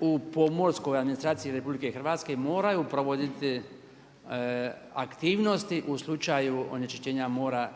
u pomorskoj administraciji RH moraju provoditi aktivnosti u slučaju onečišćenja mora,